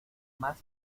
más